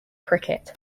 cricket